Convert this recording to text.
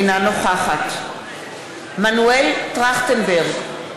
אינה נוכחת מנואל טרכטנברג,